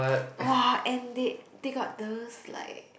!wah! and they they got those like